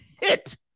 hit